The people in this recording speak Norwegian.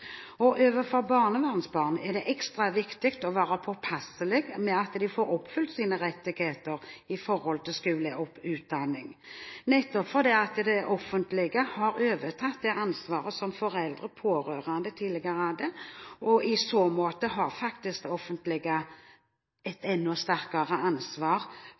Overfor barnevernsbarn er det ekstra viktig å være påpasselig med at de får oppfylt sine rettigheter i forhold til skole og utdanning, nettopp fordi det offentlige har overtatt det ansvaret som foreldre og pårørende tidligere hadde. I så måte har faktisk det offentlige et enda større ansvar